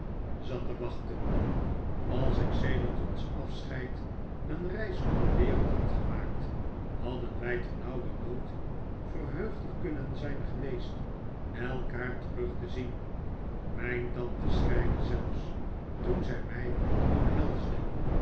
zat te wachten als ik sedert ons afscheid een reis om de wereld had geraaakt hadden wij ternauwernood verheugder kunnen zijn geweest elkaar terug te zien mijn tante schreide zelfs toen zij mij omhelsde